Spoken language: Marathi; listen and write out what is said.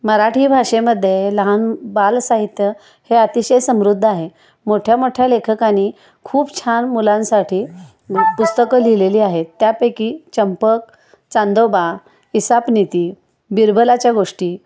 मराठी भाषेमध्ये लहान बाल साहित्य हे अतिशय समृद्ध आहे मोठ्यामोठ्या लेखकांनी खूप छान मुलांसाठी पुस्तकं लिहिलेली आहेत त्यापैकी चंपक चांदोबा ईसापनिती बिरबलाच्या गोष्टी